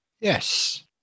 yes